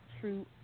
true